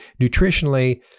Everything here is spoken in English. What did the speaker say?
nutritionally